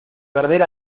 perder